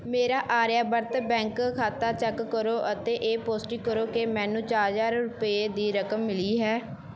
ਮੇਰਾ ਆਰਿਆਬਰਤ ਬੈਂਕ ਖਾਤਾ ਚੈੱਕ ਕਰੋ ਅਤੇ ਇਹ ਪੁਸ਼ਟੀ ਕਰੋ ਕਿ ਮੈਨੂੰ ਚਾਰ ਹਜ਼ਾਰ ਰੁਪਏ ਦੀ ਰਕਮ ਮਿਲੀ ਹੈ